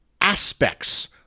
aspects